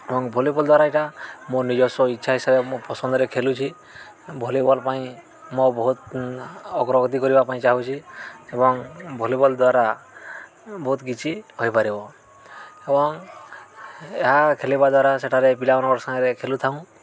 ଏବଂ ଭଲିବଲ୍ ଦ୍ଵାରା ଏଇଟା ମୋ ନିଜସ୍ୱ ଇଚ୍ଛା ହିସାବରେ ମୁଁ ପସନ୍ଦରେ ଖେଳୁଛି ଭଲିବଲ୍ ପାଇଁ ମୋ ବହୁତ ଅଗ୍ରଗତି କରିବା ପାଇଁ ଚାହୁଁଛିି ଏବଂ ଭଲିବଲ୍ ଦ୍ୱାରା ବହୁତ କିଛି ହୋଇପାରିବ ଏବଂ ଏହା ଖେଳିବା ଦ୍ୱାରା ସେଠାରେ ପିଲାମାନଙ୍କର ସାଙ୍ଗରେ ଖେଳୁଥାଉ